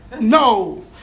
No